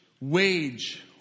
wage